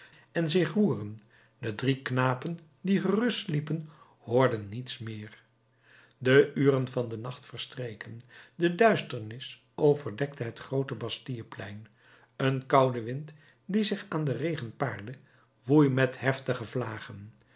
en zich roeren de drie knapen die gerust sliepen hoorden niets meer de uren van den nacht verstreken duisternis overdekte het groote bastilleplein een koude wind die zich aan den regen paarde woei met heftige vlagen